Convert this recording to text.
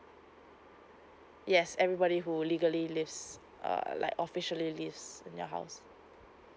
yes everybody who legally lives uh like officially live in your house